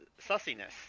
sussiness